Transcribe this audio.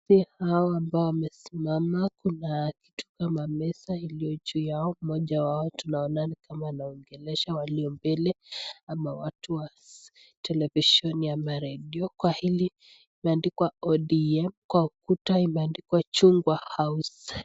Wazee hawa ambao wamesimama kuna kitu kama meza iliyo juu yao. Mmoja wao tunaona ni kama anaongelesha waliombele ama watu wa televisheni ama redio. Kwa hili imeandikwa ODM, kwa ukuta imeandikwa Chungwa House.